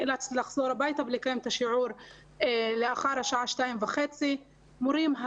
נאלצתי לחזור הביתה ולקיים את השיעור לאחר השעה 14:30. מורים,